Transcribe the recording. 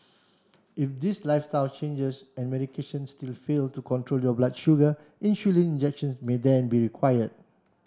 if these lifestyle changes and medication still fail to control your blood sugar insulin injections may then be required